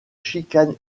chicane